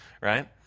right